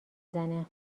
زنه